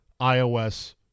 iOS